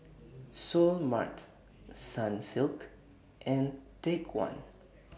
Seoul Mart Sunsilk and Take one